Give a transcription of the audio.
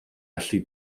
allu